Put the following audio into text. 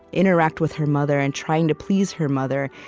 interact with her mother and trying to please her mother,